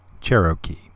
Cherokee